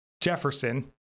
Jefferson